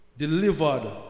delivered